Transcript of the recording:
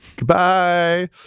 goodbye